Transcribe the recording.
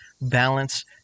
balance